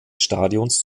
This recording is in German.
stadions